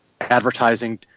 advertising